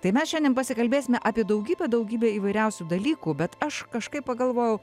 tai mes šiandien pasikalbėsime apie daugybę daugybę įvairiausių dalykų bet aš kažkaip pagalvojau